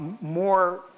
more